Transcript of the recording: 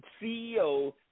CEO